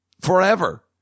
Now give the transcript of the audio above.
forever